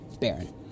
Baron